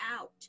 out